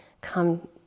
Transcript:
come